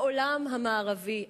העולם המערבי,